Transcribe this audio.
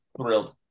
thrilled